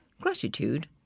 Gratitude